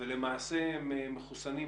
ולמעשה הם מחוסנים,